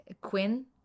Quinn